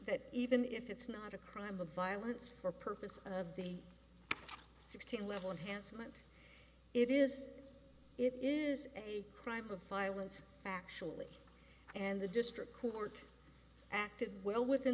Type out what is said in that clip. that even if it's not a crime of violence for purposes of the sixteen level unhandsome and it is it is a crime of violence factually and the district court acted well within